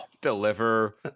deliver